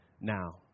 now